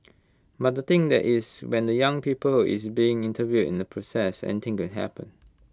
but the thing is that when the young people who is being interviewed in that process anything could happen